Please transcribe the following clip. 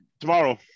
tomorrow